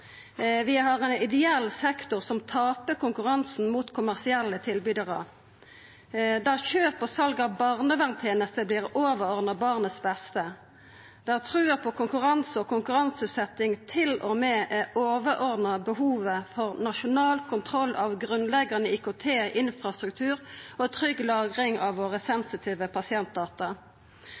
Vi har ein ideell sektor som taper konkurransen mot kommersielle tilbydarar, der kjøp og sal av barnevernstenester vert overordna det som er best for barnet, der trua på konkurranse og konkurranseutsetjing til og med er overordna behovet for nasjonal kontroll av grunnleggjande IKT-infrastruktur og trygg lagring av sensitive pasientdata,